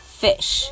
fish